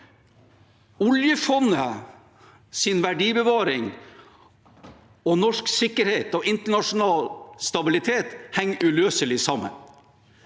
Oljefondets verdibevaring og norsk sikkerhet og internasjonal stabilitet henger uløselig sammen.